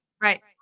right